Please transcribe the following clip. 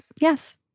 Yes